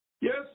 Yes